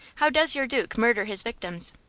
how does your duke murder his victims?